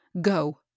Go